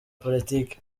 politike